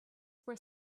were